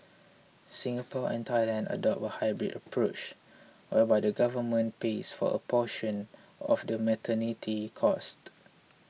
Singapore and Thailand adopt a hybrid approach whereby the government pays for a portion of the maternity costs